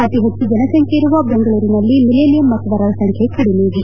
ಅತಿ ಹೆಚ್ಚು ಜನಸಂಖ್ಯೆಯಿರುವ ಬೆಂಗಳೂರಿನಲ್ಲಿ ಮಿಲೇನಿಯಂ ಮತದಾರರ ಸಂಖ್ಯೆ ಕಡಿಮೆಯಿದೆ